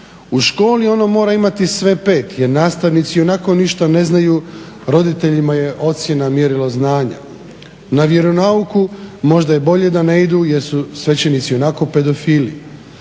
U školi ono mora imati sve pet, jer nastavnici ionako ništa ne znaju. Roditeljima je ocjena mjerilo znanja. Na vjeronauk je možda bolje da ne idu jer su svećenici ionako pedofili.